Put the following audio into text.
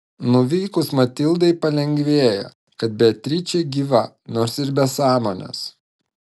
nuvykus matildai palengvėjo kad beatričė gyva nors ir be sąmonės